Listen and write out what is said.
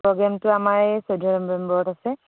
প্ৰগ্ৰেমটো আমাৰ এই চৈধ্য নৱেম্বৰত আছে